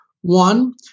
One